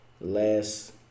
last